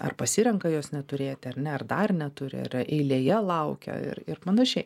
ar pasirenka jos neturėti ar ne ar dar neturi ar yra eilėje laukia ir ir panašiai